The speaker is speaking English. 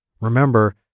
Remember